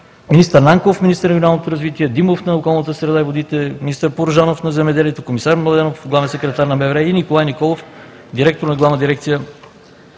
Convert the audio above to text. министър Нанков – на регионалното развитие, Димов – на околната среда и водите, министър Порожанов – на земеделието, комисар Младенов – главен секретар на МВР, и Николай Николов – директор на Главна дирекция